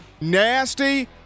nasty